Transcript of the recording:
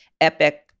epic